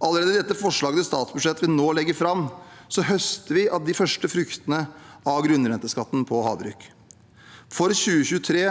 Allerede i dette forslaget til statsbudsjett vi nå legger fram, høster vi av de første fruktene av grunnrenteskatten på havbruk. For 2023